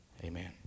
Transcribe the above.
Amen